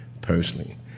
personally